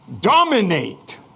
dominate